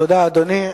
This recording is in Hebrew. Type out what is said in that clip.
תודה, אדוני.